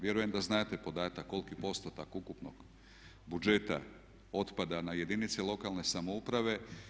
Vjerujem da znate podatak koliki postotak ukupnog budžeta otpada na jedinice lokalne samouprave.